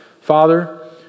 Father